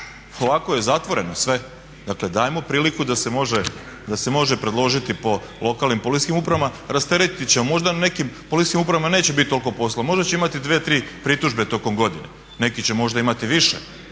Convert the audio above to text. Ovako je zatvoreno sve. Dakle, dajmo priliku da se može predložiti po lokalnim policijskih upravama, rasteretit ćemo, možda na nekim policijskim upravama neće biti toliko posla, možda će imati dvije tri pritužbe tokom godine, neki će možda imati više